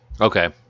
Okay